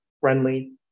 friendly